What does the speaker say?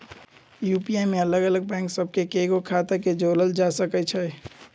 UPI में अलग अलग बैंक सभ के कएगो खता के जोड़ल जा सकइ छै